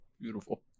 Beautiful